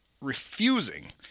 refusing